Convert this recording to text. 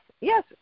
Yes